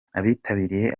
abitabiriye